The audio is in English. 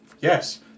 Yes